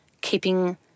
keeping